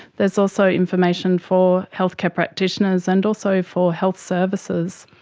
there is also information for healthcare practitioners and also for health services.